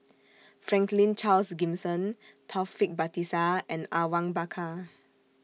Franklin Charles Gimson Taufik Batisah and Awang Bakar